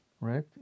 Right